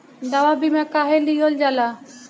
दवा बीमा काहे लियल जाला?